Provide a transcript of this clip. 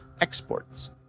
exports